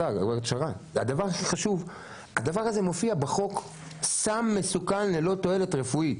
הדבר הזה מופיע בחוק כסם מסוכן ללא תועלת רפואית,